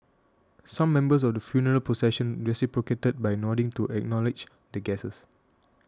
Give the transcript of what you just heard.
some members of the funeral procession reciprocated by nodding to acknowledge the guests